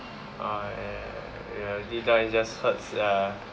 orh ya ya ya ya deep down it just hurts ya